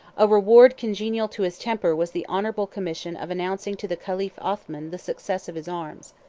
a reward congenial to his temper was the honorable commission of announcing to the caliph othman the success of his arms.